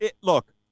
look